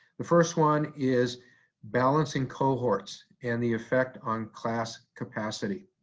the first one is balancing cohorts and the effect on class capacity.